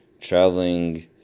traveling